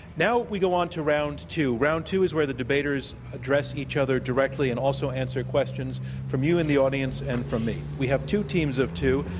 now we go on to round two. round two is where the debaters address each other directly and also answer questions from you in the audience and from me. we have two teams of two,